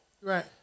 Right